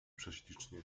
prześlicznie